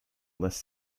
less